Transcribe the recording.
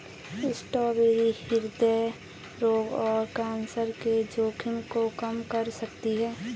strawberry हृदय रोग और कैंसर के जोखिम को कम कर सकती है